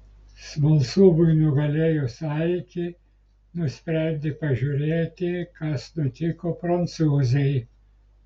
smalsumui nugalėjus alkį nusprendė pažiūrėti kas nutiko prancūzei